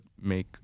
make